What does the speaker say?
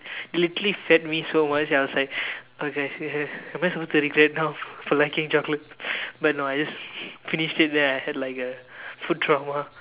literally fed me so much I was like oh guys am I supposed to regret now for liking chocolate but no I just finished it and then I had a food trauma